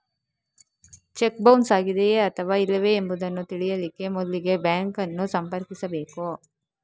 check bounce ಆಗಿದೆಯೇ ಅಥವಾ ಇಲ್ಲವೇ ಎಂಬುದನ್ನ ತಿಳೀಲಿಕ್ಕೆ ಮೊದ್ಲಿಗೆ ಬ್ಯಾಂಕ್ ಅನ್ನು ಸಂಪರ್ಕಿಸ್ಬೇಕು